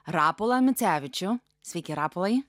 rapolą micevičių sveiki rapolai